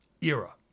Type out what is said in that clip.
era